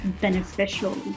beneficial